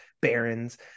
barons